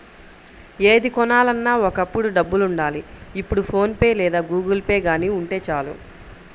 ఏది కొనాలన్నా ఒకప్పుడు డబ్బులుండాలి ఇప్పుడు ఫోన్ పే లేదా గుగుల్పే గానీ ఉంటే చాలు